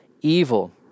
evil